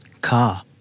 Car